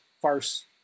farce